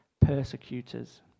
persecutors